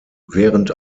während